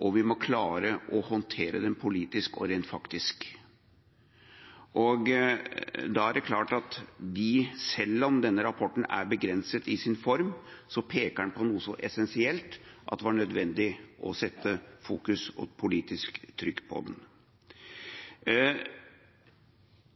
og vi må klare å håndtere dem politisk og rent faktisk. Da er det klart at selv om denne rapporten er begrenset i sin form, peker den på noe så essensielt at det var nødvendig å sette fokus og politisk trykk på den.